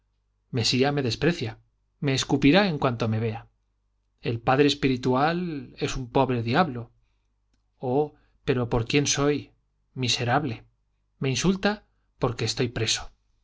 carcajadas mesía me desprecia me escupirá en cuanto me vea el padre espiritual es un pobre diablo oh pero por quien soy miserable me insulta porque estoy preso